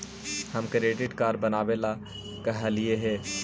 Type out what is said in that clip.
हम credit card बनावे ला कहलिऐ हे?